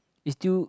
is still